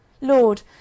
Lord